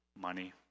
money